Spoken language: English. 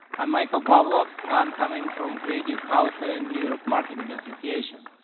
i'm michael ballwulf. i'm coming from creative house ah and new york marketing association.